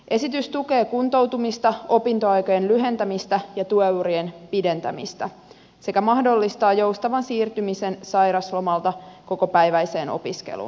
esitys tukee kuntoutumista opintoaikojen lyhentämistä ja työurien pidentämistä sekä mahdollistaa joustavan siirtymisen sairauslomalta kokopäiväiseen opiskeluun